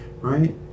right